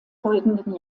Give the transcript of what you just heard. folgenden